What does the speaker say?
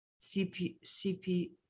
CP